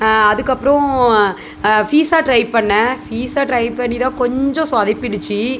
அதுக்கப்றம் pizza try பண்ணேன் pizza try பண்ணி தான் கொஞ்சம் சொதப்பிடுச்சு